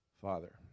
Father